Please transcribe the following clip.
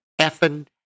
effing